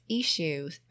issues